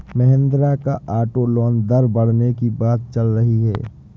महिंद्रा का auto loan दर बढ़ने की बात चल रही है